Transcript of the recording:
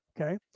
Okay